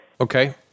Okay